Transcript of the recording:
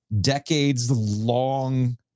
decades-long